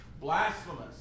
blasphemous